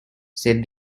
said